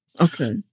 Okay